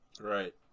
Right